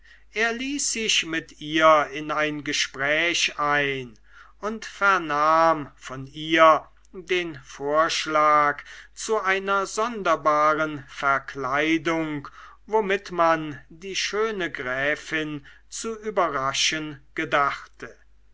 er ließ sich mit ihr in ein gespräch ein und vernahm von ihr den vorschlag zu einer sonderbaren verkleidung womit man die schöne gräfin zu überraschen gedachte